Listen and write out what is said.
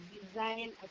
design